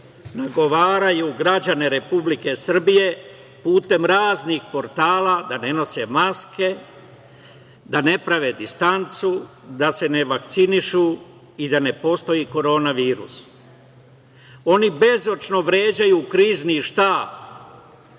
nagovaraju građane Republike Srbije putem raznih portala da ne nose maske, da ne prave distancu, da se ne vakcinišu i da ne postoji korona virus. Oni bezočno vređaju Krizni štab,